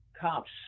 cops